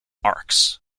arcs